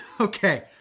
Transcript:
Okay